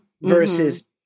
versus